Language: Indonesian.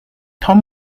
tom